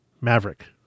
Maverick